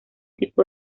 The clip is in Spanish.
tipo